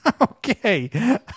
Okay